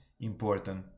important